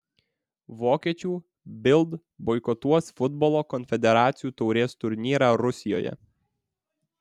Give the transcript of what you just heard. vokiečių bild boikotuos futbolo konfederacijų taurės turnyrą rusijoje